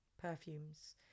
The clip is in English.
perfumes